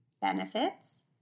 benefits